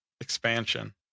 Expansion